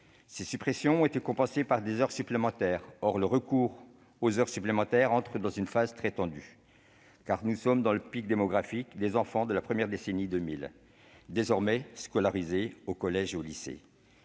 Ces suppressions ont été compensées par des heures supplémentaires. Or le recours aux heures supplémentaires entre dans une phase très tendue, car nous sommes dans le pic démographique des enfants de la décennie 2000, désormais au collège et au lycée.